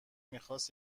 میخواست